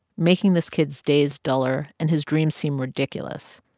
making this kid's days duller and his dreams seem ridiculous?